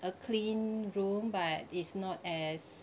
a clean room but it's not as